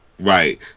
right